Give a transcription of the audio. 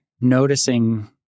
noticing